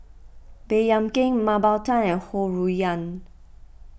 Baey Yam Keng Mah Bow Tan and Ho Rui An